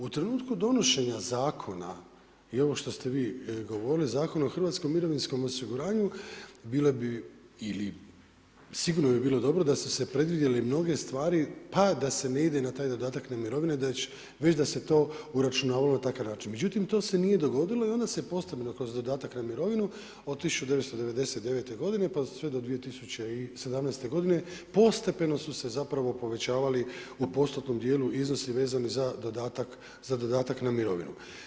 U trenutku donošenja zakona i ovo što ste vi govorili, Zakon o hrvatskom mirovinskom osiguranju, bilo bi ili sigurno bi bilo dobro da su se predvidjele mnoge stvari pa da se ne ide na taj dodatak na mirovine već da se to uračunavalo … Međutim to se nije dogodilo i onda se postupno kroz dodatak na mirovinu od 1990. godine pa sve do 2017. godine, postepeno su se zapravo povećavali u postotnom djelu iznosi vezani za dodatak na mirovinu.